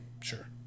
Sure